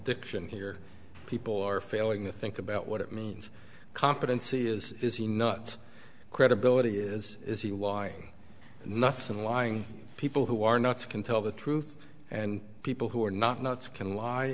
diction here people are failing to think about what it means competency is is he not credibility is is he why nuts and lying people who are not can tell the truth and people who are not nuts can lie